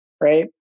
Right